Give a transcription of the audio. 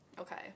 Okay